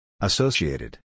Associated